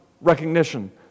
recognition